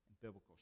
biblical